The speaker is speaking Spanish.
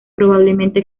probablemente